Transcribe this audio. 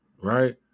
right